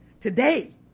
Today